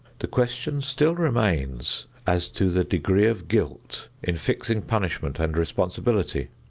the question still remains as to the degree of guilt in fixing punishment and responsibility.